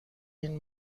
این